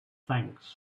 thanks